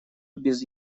без